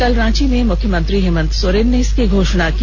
कल रांची में मुख्यमंत्री हेमंत सोरेन ने इसकी घोषणा की